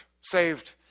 Saved